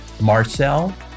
Marcel